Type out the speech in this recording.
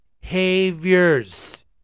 behaviors